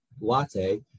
latte